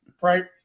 Right